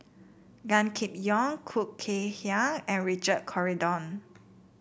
Gan Kim Yong Khoo Kay Hian and Richard Corridon